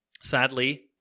Sadly